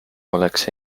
oleks